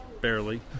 barely